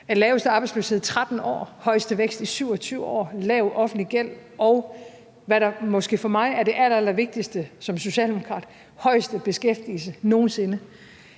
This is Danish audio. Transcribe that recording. laveste arbejdsløshed i 13 år, den højeste vækst i 27 år, en lav offentlig gæld, og hvad der måske for mig som socialdemokrat er det allerallervigtigste: den højeste beskæftigelse nogen sinde.